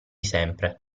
sempre